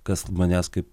kas manęs kaip